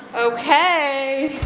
okay,